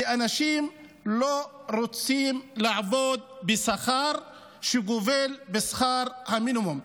כי אנשים לא רוצים לעבוד בשכר שגובל בשכר המינימום.